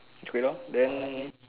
okay lor then